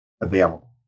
available